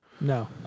No